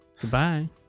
Goodbye